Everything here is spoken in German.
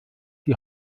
die